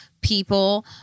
people